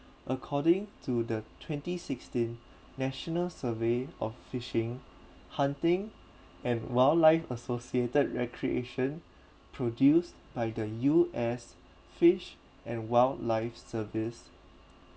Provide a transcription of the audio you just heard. according to the twenty sixteen national survey of fishing hunting and wildlife associated recreation produced by the U_S fish and wildlife service